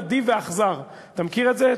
נדיב ואכזר"; אתה מכיר את זה,